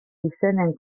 izenen